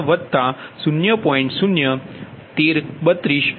837 degree છે